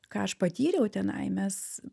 ką aš patyriau tenai mes